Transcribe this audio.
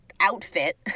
Outfit